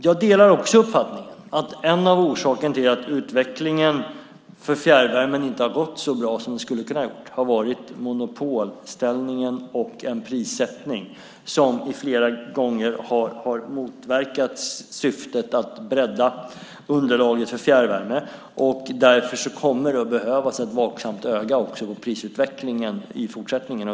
Jag delar också uppfattningen att en orsak till att utvecklingen av fjärrvärmen inte har gått så bra som den skulle ha kunnat har varit monopolställningen och en prissättning som flera gånger har motverkat syftet att bredda underlaget för fjärrvärme. Därför kommer det att behövas ett vaksamt öga över prisutvecklingen också i fortsättningen.